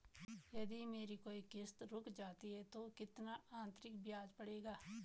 यदि मेरी कोई किश्त रुक जाती है तो कितना अतरिक्त ब्याज पड़ेगा?